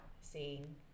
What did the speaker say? seeing